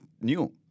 new